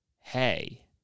hey